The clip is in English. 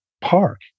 park